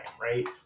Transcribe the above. Right